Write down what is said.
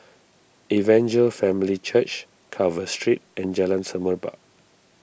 Evangel Family Church Carver Street and Jalan Semerbak